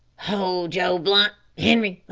ho! joe blunt! henri!